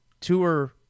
tour